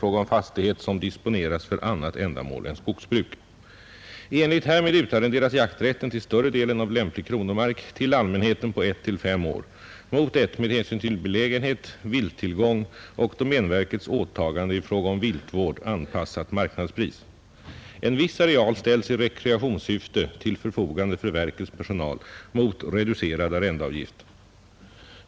fråga om fastighet som disponeras för annat ändamål än skogsbruk. I enlighet härmed utarrenderas jakträtten till större delen av lämplig kronomark till allmänheten på 1—5 år mot ett med hänsyn till belägenhet, vilttillgång och domänverkets åtagande i fråga om viltvård anpassat marknadspris. En viss areal ställs i rekreationssyfte till förfogande för verkets personal mot reducerad arrendeavgift.